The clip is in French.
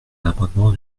l’amendement